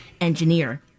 engineer